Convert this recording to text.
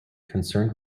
concerned